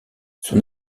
son